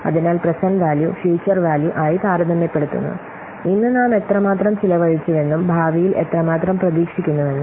അതിനാൽ present value future value ആയി താരതമ്യപ്പെടുത്തുന്നു ഇന്ന് നാം എത്രമാത്രം ചെലവഴിച്ചുവെന്നും ഭാവിയിൽ എത്രമാത്രം പ്രതീക്ഷിക്കുന്നുവെന്നും